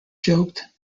joked